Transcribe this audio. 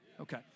Okay